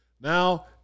Now